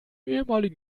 ehemaligen